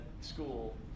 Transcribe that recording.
school